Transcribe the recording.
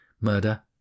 murder